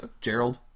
Gerald